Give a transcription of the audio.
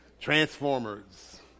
Transformers